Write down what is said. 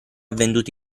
venduto